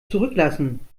zurücklassen